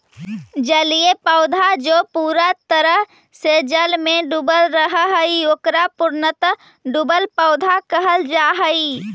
जलीय पौधा जे पूरा तरह से जल में डूबल रहऽ हई, ओकरा पूर्णतः डुबल पौधा कहल जा हई